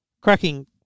Cracking